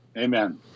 Amen